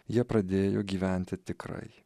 jie pradėjo gyventi tikrai